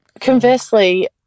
Conversely